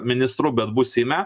ministru bet bus seime